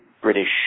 British